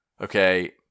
okay